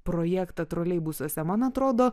projektą troleibusuose man atrodo